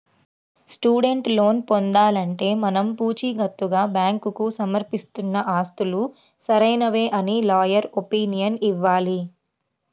student loan పొందాలంటే మనం పుచీకత్తుగా బ్యాంకుకు సమర్పిస్తున్న ఆస్తులు సరైనవే అని లాయర్ ఒపీనియన్ ఇవ్వాలి